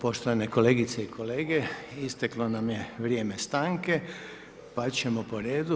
Poštovane kolegice i kolege, isteklo nam je vrijeme stanke pa ćemo po redu.